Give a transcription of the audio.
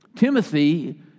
Timothy